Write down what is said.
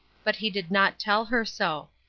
but he did not tell her so.